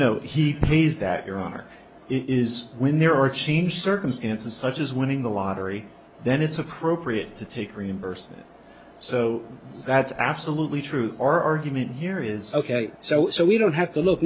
no he pays that your honor it is when there are changed circumstances such as winning the lottery then it's appropriate to take reimbursement so that's absolutely true our argument here is ok so so we don't have to look